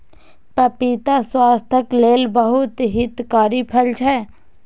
पपीता स्वास्थ्यक लेल बहुत हितकारी फल छै